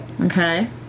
Okay